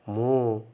ମୁଁ